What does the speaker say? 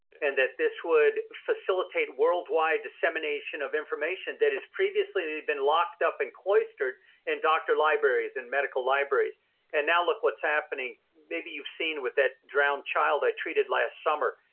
and that this would facilitate worldwide dissemination of information that has previously been locked up in cloistered in doctor libraries and medical libraries and now look what's happening, maybe you've seen with that drowned child i treated last summer.